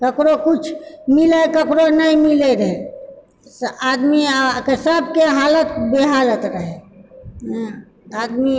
ककरो किछु मिलए ककरो नहि मिलए रहए आदमी आ सभकेँ हालत बेहालत रहए आदमी